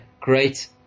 great